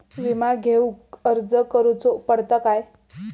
विमा घेउक अर्ज करुचो पडता काय?